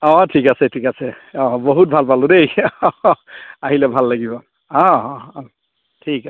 অ ঠিক আছে ঠিক আছে অ বহুত ভাল পালোঁ দেই আহিলে ভাল লাগিব অ ঠিক